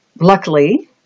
luckily